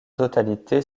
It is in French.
totalité